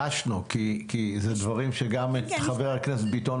כי פורום קהלת רוצה לחסל את הדיור הציבורי,